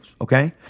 okay